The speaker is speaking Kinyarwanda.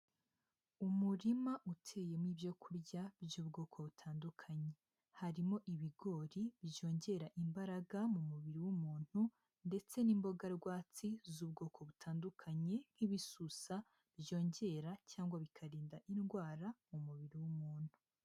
Umurima uteyemo ibyokurya by'ubwoko butandukanye, harimo ibigori byongera imbaraga mu mubiri w'umuntu ndetse n'imboga rwatsi z'ubwoko butandukanye nk'ibisusa, byongera cyangwa bikarinda indwara mu mubiri w'umuntu.